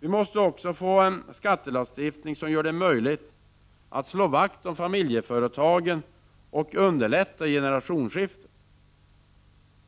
Vi måste också få en skattelagstiftning som gör det möjligt att slå vakt om familjeföretagen och som underlättar generationsskiften.